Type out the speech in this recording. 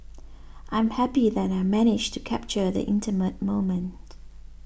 I'm happy that I managed to capture the intimate moment